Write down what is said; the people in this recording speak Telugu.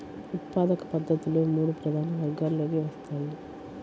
ఉత్పాదక పద్ధతులు మూడు ప్రధాన వర్గాలలోకి వస్తాయి